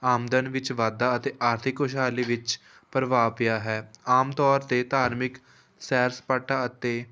ਆਮਦਨ ਵਿੱਚ ਵਾਧਾ ਅਤੇ ਆਰਥਿਕ ਖੁਸ਼ਹਾਲੀ ਵਿੱਚ ਪ੍ਰਭਾਵ ਪਿਆ ਹੈ ਆਮ ਤੌਰ 'ਤੇ ਧਾਰਮਿਕ ਸੈਰ ਸਪਾਟਾ ਅਤੇ